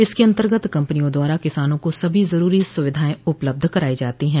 इसके अन्तर्गत कम्पनियों द्वारा किसानों को सभी जरूरी सुविधाएं उपलब्ध कराई जाती है